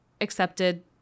accepted